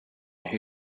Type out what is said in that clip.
who